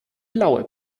blaue